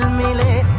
melee